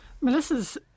Melissa's